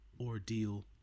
ordeal